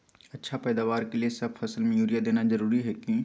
अच्छा पैदावार के लिए सब फसल में यूरिया देना जरुरी है की?